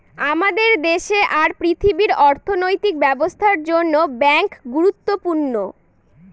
আমাদের দেশে আর পৃথিবীর অর্থনৈতিক ব্যবস্থার জন্য ব্যাঙ্ক গুরুত্বপূর্ণ